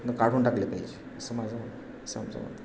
काढून टाकले पाहिजे समाज समजा मन